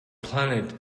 planet